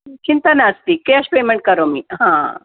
चिन्ता नास्ति cash payment करोमि हा